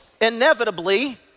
inevitably